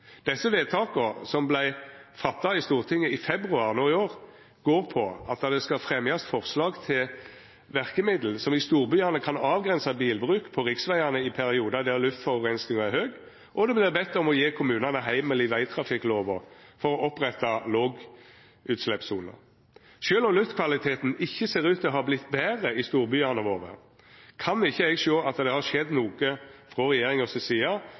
Desse vedtaka, som vart gjorde i Stortinget i mars no i år, går på at det skal fremjast forslag til verkemiddel som i storbyane kan avgrensa bilbruk på riksvegane i periodar der luftforureininga er høg, og det vert bedt om å gje kommunane heimel i vegtrafikklova for å oppretta lågutsleppssoner. Sjølv om luftkvaliteten ikkje ser ut til å ha vorte betre i storbyane våre, kan ikkje eg sjå at det har skjedd noko frå regjeringa si side